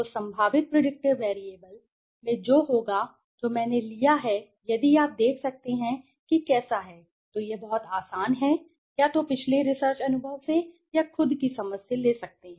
तो संभावित predictor variable में जो होगा जो मैंने लिया है यदि आप देख सकते हैं कि कैसा है तो यह बहुत आसान है या तो पिछले रिसर्च अनुभव से या खुद की समझ से ले सकते है